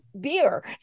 beer